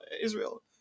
Israel